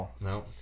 no